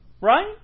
Right